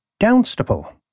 Downstaple